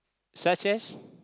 such as